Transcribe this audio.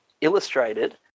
illustrated